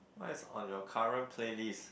what is on your current playlist